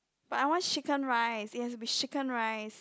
but I want chicken rice it has to be chicken rice